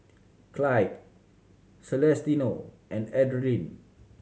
Clydie Celestino and Adriane